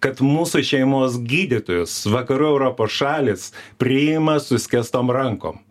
kad mūsų šeimos gydytojus vakarų europos šalys priima su išskėstom rankom